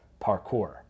parkour